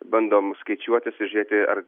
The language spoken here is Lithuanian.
bandom skaičiuotis žiūrėti ar